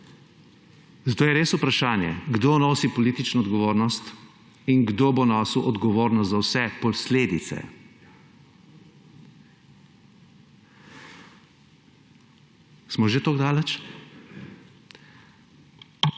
Zato je res vprašanje, kdo nosi politično odgovornost in kdo bo nosil odgovornost za vse posledice. Smo že tako daleč?